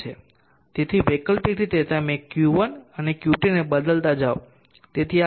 તેથી વૈકલ્પિક રીતે તમે Q1 અને Q2 ને બદલતા જાઓ